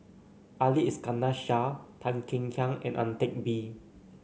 Ali Iskandar Shah Tan Kek Hiang and Ang Teck Bee